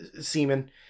semen